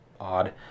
odd